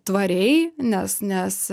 tvariai nes nes